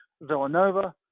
Villanova